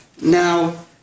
now